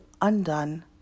undone